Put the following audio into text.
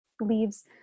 leaves